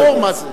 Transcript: ברור, מה זה.